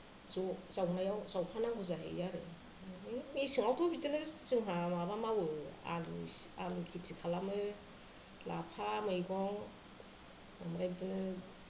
ज' जावनायाव जावफानांगौ जायो आरो मेसेङावथ' बिदिनो जोंहा माबा मावो आलु खिति खालामो लाफा मैगं ओमफ्राय बिदिनो